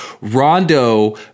Rondo